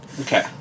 Okay